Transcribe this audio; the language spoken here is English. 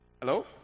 Hello